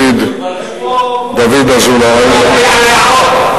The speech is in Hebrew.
דוד אזולאי.